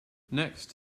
next